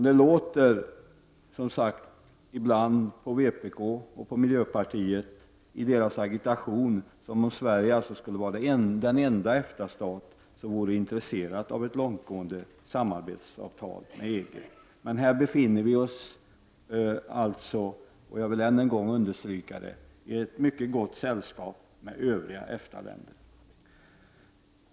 Det låter ibland från vpk och miljöpartiet i deras agitation som om Sverige skulle vara den enda EFTA-stat som vore intresserad av ett långtgående samarbetsavtal med EG, men här befinner vi oss alltså i ett mycket gott sällskap med övriga EFTA-länder — jag vill än en gång understryka det.